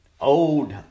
old